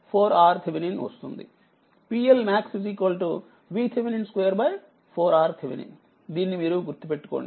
PLmax VThevenin2 4RThevenin దీనిని మీరు గుర్తు పెట్టుకోండి